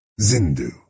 Zindu